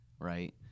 right